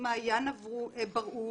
מעיין ברהום,